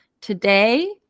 today